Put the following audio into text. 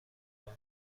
آبان